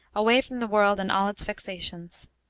away from the world and all its vexations.